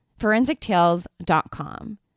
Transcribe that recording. ForensicTales.com